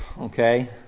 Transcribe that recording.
Okay